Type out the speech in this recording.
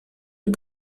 est